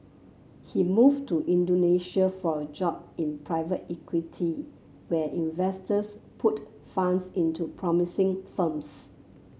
he moved to Indonesia for a job in private equity where investors put funds into promising firms